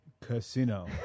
Casino